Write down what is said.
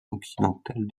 occidentale